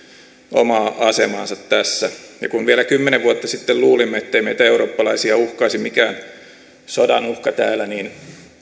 omaa asemaansa tässä kun vielä kymmenen vuotta sitten luulimme ettei meitä eurooppalaisia uhkaisi mikään sodan uhka täällä niin